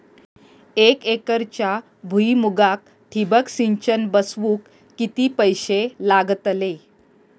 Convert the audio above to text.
एक एकरच्या भुईमुगाक ठिबक सिंचन बसवूक किती पैशे लागतले?